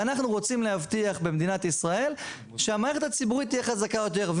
ואנחנו רוצים להבטיח במדינת ישראל שהמערכת הציבורית תהיה חזקה יותר.